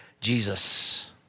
Jesus